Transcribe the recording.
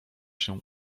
się